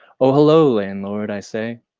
ah hello, landlord, i say.